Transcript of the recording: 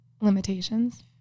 limitations